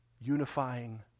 unifying